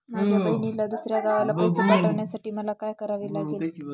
माझ्या बहिणीला दुसऱ्या गावाला पैसे पाठवण्यासाठी मला काय करावे लागेल?